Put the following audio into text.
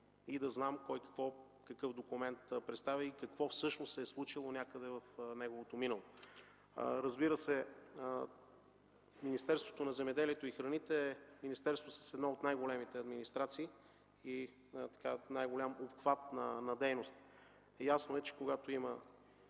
и да знам кой какъв документ представя и какво всъщност се е случило някъде в неговото минало. Разбира се, Министерството на земеделието и храните е с една от най-големите администрации и с най-голям обхват на дейност. Ясно е, че когато има